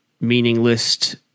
meaningless